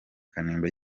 kanimba